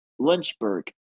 Lynchburg